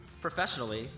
professionally